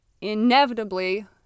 inevitably